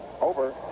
over